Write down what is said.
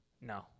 No